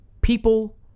people